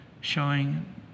showing